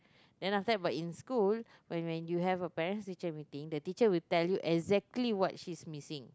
then after that about in school when you have a parent teacher meeting the teacher will tell you exactly what she is missing